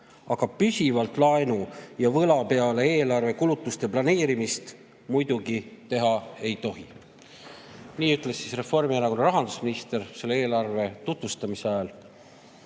Aga püsivalt laenu ja võla peale eelarve kulutuste planeerimist muidugi teha ei tohi." Nii ütles Reformierakonna rahandusminister selle eelarve tutvustamise ajal. Aga